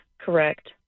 Correct